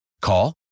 Call